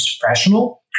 professional